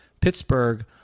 Pittsburgh